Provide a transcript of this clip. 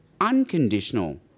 unconditional